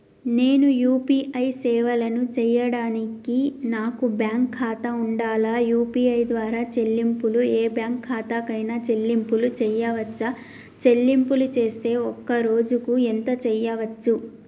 నేను యూ.పీ.ఐ సేవలను చేయడానికి నాకు బ్యాంక్ ఖాతా ఉండాలా? యూ.పీ.ఐ ద్వారా చెల్లింపులు ఏ బ్యాంక్ ఖాతా కైనా చెల్లింపులు చేయవచ్చా? చెల్లింపులు చేస్తే ఒక్క రోజుకు ఎంత చేయవచ్చు?